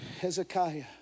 Hezekiah